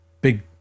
big